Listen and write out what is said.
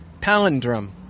Palindrome